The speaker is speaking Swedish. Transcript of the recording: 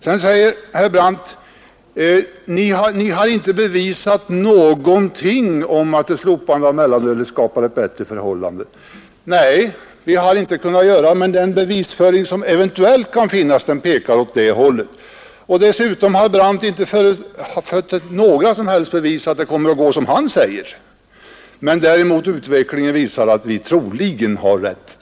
Herr Brandt säger att vi inte bevisat att ett slopande av mellanölet skapar ett bättre förhållande. Nej, vi har inte kunnat bevisa någonting, men alla tecken pekar åt det hållet. Dessutom har herr Brandt inte företett några som helst bevis för att det kommer att gå som han säger. Däremot visar utvecklingen att vi troligen har rätt.